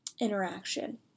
interaction